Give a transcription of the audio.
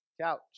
couch